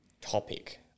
topic